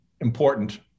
important